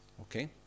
Okay